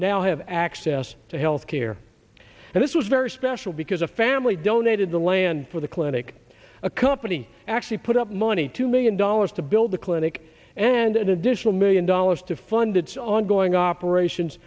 now have access to health care and this was very sick because a family donated the land for the clinic a company actually put up money two million dollars to build the clinic and an additional million dollars to fund its ongoing operations